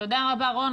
תודה רבה רוני,